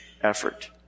effort